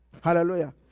Hallelujah